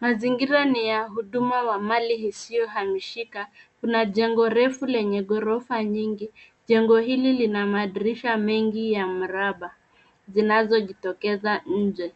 Mazingira ni ya huduma wa mali isiyohamishika. Kuna jengo refu lenye ghorofa nyingi, jengo hili lina madirisha mengi ya mraba zinazojitokeza nje.